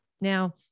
Now